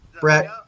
Brett